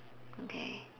okay